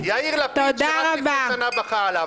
יאיר לפיד, שרק לפני שנה בכה עליו.